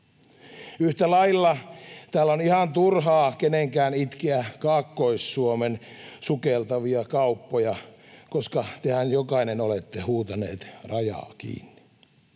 Yhtä lailla täällä on ihan turha kenenkään itkeä Kaakkois-Suomen sukeltavia kauppoja, koska tehän olette jokainen huutaneet rajaa kiinni.